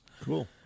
Cool